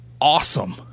awesome